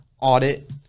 audit